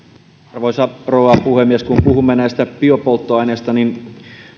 arvoisa rouva puhemies kun puhumme näistä biopolttoaineista niin